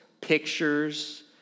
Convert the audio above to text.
pictures